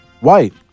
White